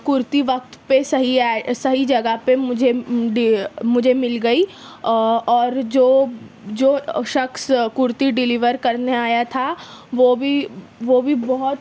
کُرتی وقت پہ صحیح آئے صحیح جگہ پہ مجھے مل گئی اور اور جو جو شخص کُرتی ڈلیور کرنے آیا تھا وہ بھی وہ بھی بہت